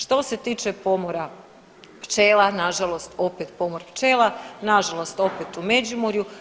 Što se tiče pomora pčela nažalost opet pomor pčela, nažalost opet u Međimurju.